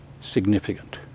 significant